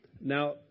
Now